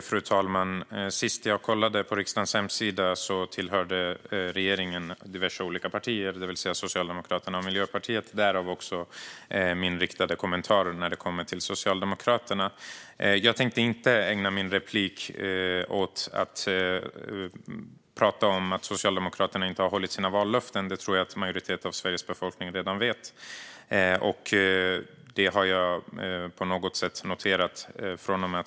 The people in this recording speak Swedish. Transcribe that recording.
Fru talman! Sist jag kollade på riksdagens hemsida ingick diverse olika partier i regeringen, det vill säga Socialdemokraterna och Miljöpartiet. Därav min riktade kommentar till Socialdemokraterna. Jag tänker inte ägna mitt inlägg åt att tala om att Socialdemokraterna inte har hållit sina vallöften. Det tror jag att en majoritet av Sveriges befolkning redan vet. Det har jag noterat.